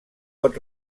pot